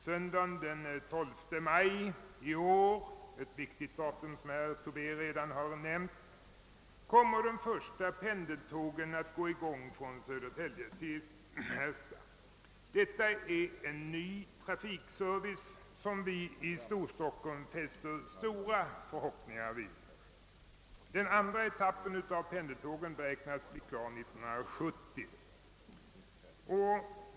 Söndagen den 12 maj i år — ett viktigt datum såsom herr Tobé redan har nämnt — kommer det första pendeltåget att gå från Södertälje till Märsta. Detta är en ny trafikservice som vi i Storstockholm fäster stora förhoppningar vid. Den andra etappen av pendeltågen beräknas bli klar 1970.